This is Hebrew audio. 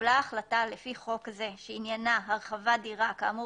והתקבלה החלטה לפי חוק זה שעניינה הרחבת דירה כאמור